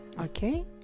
Okay